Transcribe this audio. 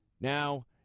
Now